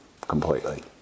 completely